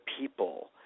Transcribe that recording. people